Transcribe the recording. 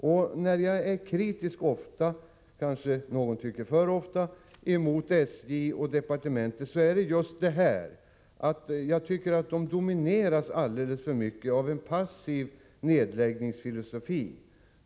Jag kanske ofta är kritisk mot SJ och departementet — någon kanske tycker att jag är det alltför ofta — men kritiken går ut på just att man där domineras av en passiv nedläggningsfilosofi.